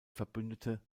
verbündete